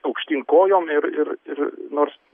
aukštyn kojom ir ir ir nors